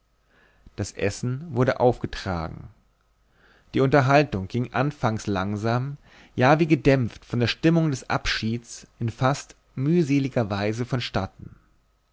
das essen wurde aufgetragen die unterhaltung ging anfangs langsam ja wie gedämpft von der stimmung des abschieds in fast mühseliger weise vonstatten